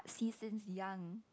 season young